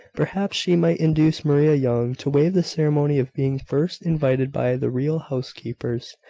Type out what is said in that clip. perhaps she might induce maria young to waive the ceremony of being first invited by the real housekeepers,